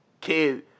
kid